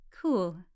Cool